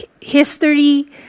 history